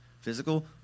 physical